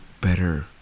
better